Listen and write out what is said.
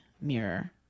mirror